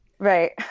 Right